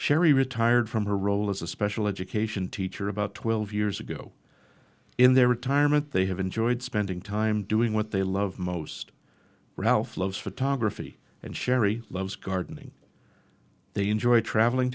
sherry retired from her role as a special education teacher about twelve years ago in their retirement they have enjoyed spending time doing what they love most ralph loves photography and cherie loves gardening they enjoy traveling